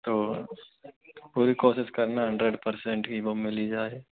तो पूरी कोशिश करना हंड्रेड परसेंट ही वो मिल ही जाए